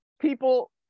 People